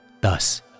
Thus